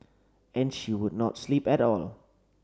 and she would not sleep at all